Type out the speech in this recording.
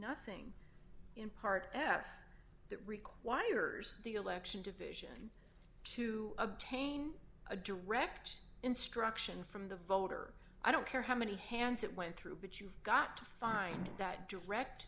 nothing in part yes that requires the election division to obtain a direct instruction from the voter i don't care how many hands it went through but you've got to find that direct